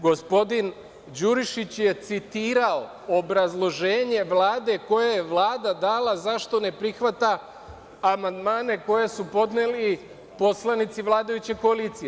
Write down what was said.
Gospodin Đurišić je citirao obrazloženje Vlade koje je Vlada dala zašto ne prihvata amandmane koje su podneli poslanici vladajuće koalicije.